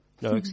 no